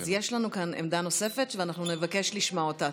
אז יש לנו כאן עמדה נוספת ואנחנו נבקש לשמוע אותה,